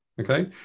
Okay